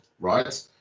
right